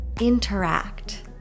interact